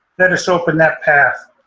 let us open that path,